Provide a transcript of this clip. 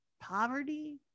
Poverty